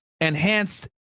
enhanced